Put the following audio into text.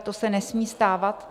To se nesmí stávat.